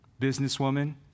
businesswoman